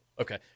Okay